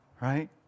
right